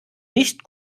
nicht